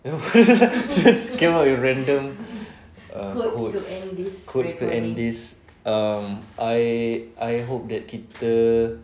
just came up with random err quotes quotes to end this um I I hope that kita